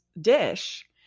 dish